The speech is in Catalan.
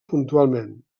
puntualment